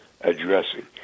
addressing